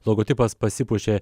logotipas pasipuošė